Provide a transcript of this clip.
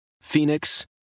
Phoenix